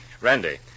Randy